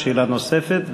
שאלה נוספת,